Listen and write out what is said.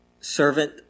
servant